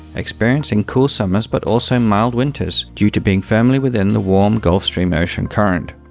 experiencing cool summers, but also mild winters due to being firmly within the warm gulf stream ocean current.